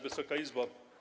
Wysoka Izbo!